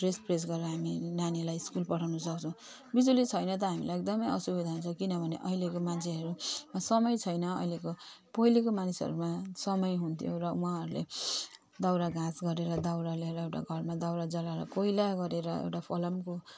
dress press गरेर हामी नानीलाई स्कुल पठाउन सक्छौँ बिजुली छैन त हामीलाई एकदमै असुविधा हुन्छ किनभने अहिले मान्छेहरू समय छैन अहिलेको पहिलेको मानिसहरूमा समय हुन्थ्यो र उहाँहरूले दाउरा घाँस गरेर दाउरा ल्याएर ढकारमा दाउरा जलाएर कोइला गरेर एउटा फलामको